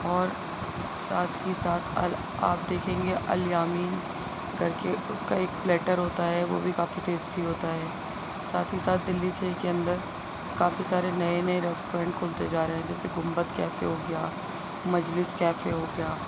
اور ساتھ ہی ساتھ اور آپ دیکھیں گے الیامین کر کے اس کا ایک پلیٹر ہوتا ہے وہ بھی کافی ٹیسٹی ہوتا ہے ساتھ ہی ساتھ دلّی چھ کے اندر کافی سارے نئے نئے ریسٹورینٹ کھلتے جا رہے ہیں جیسے گنبد کیفے ہو گیا مجلس کیفے ہو گیا